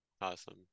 Awesome